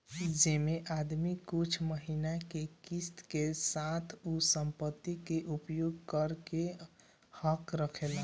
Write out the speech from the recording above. जेमे आदमी कुछ महिना के किस्त के साथ उ संपत्ति के उपयोग करे के हक रखेला